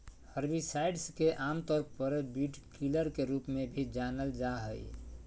herbicides के आमतौर पर वीडकिलर के रूप में भी जानल जा हइ